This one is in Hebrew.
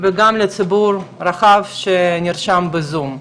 וגם לציבור הרחב שנרשם בזום.